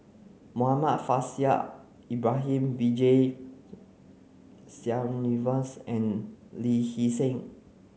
Muhammad Faishal Ibrahim B J Sreenivasan and Lee Hee Seng